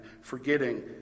forgetting